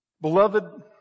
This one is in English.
Beloved